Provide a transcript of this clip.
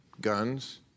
guns